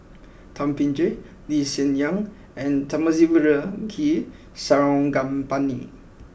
Thum Ping Tjin Lee Hsien Yang and Thamizhavel G Sarangapani